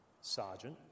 Sergeant